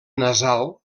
nasal